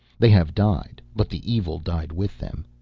they have died, but the evil died with them.